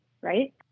right